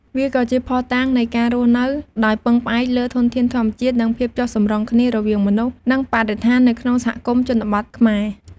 វាក៏ជាភស្តុតាងនៃ ការរស់នៅដោយពឹងផ្អែកលើធនធានធម្មជាតិ និងភាពចុះសម្រុងគ្នារវាងមនុស្ស និងបរិស្ថាននៅក្នុងសហគមន៍ជនបទខ្មែរ។